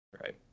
Right